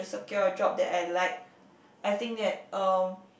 secure a job that I like I think that um